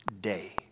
day